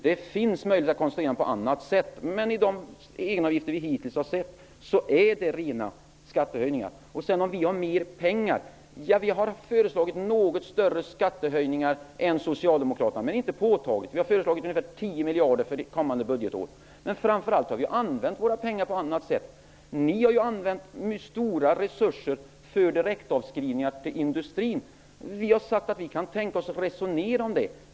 Det finns möjligheter att konstruera dem på annat sätt. Men de egenavgifter vi hittills har sett till är rena skattehöjningar. Vidare sägs det att vi har mer pengar. Ja, vi har föreslagit något högre skattehöjningar än Socialdemokraterna -- men inte påtagligt. Vi har föreslagit ungefär 10 miljarder för det kommande budgetåret. Men framför allt har vi föreslagit att våra pengar skall användas på annat sätt. Ni har föreslagit att stora resurser skall läggas på direktavskrivningar i industrin. Vi har sagt att vi kan tänka oss att resonera om det.